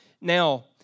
Now